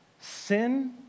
sin